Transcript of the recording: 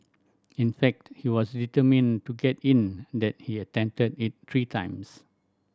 in fact he was determined to get in that he attempted it three times